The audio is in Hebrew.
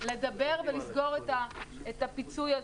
וצריך לסגור את הפיצוי הזה.